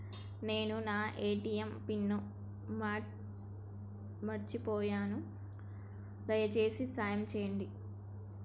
నేను నా ATM pin మర్చిపోయిన, దయచేసి సాయం చేయండి